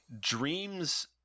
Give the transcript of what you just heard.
Dreams